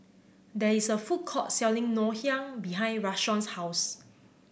there is a food court selling Ngoh Hiang behind Rashawn's house